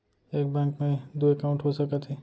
एक बैंक में दू एकाउंट हो सकत हे?